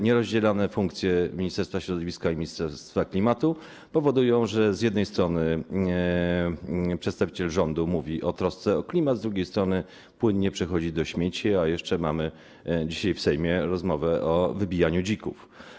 Nierozdzielone funkcje ministerstwa środowiska i Ministerstwa Klimatu powodują, że z jednej strony przedstawiciel rządu mówi o trosce o klimat, z drugiej strony płynnie przechodzi do śmieci, a jeszcze mamy dzisiaj w Sejmie rozmowę o wybijaniu dzików.